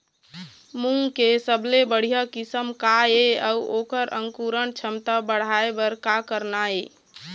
मूंग के सबले बढ़िया किस्म का ये अऊ ओकर अंकुरण क्षमता बढ़ाये बर का करना ये?